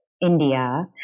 India